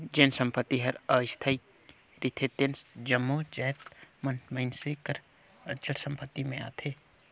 जेन संपत्ति हर अस्थाई रिथे तेन जम्मो जाएत मन मइनसे कर अचल संपत्ति में आथें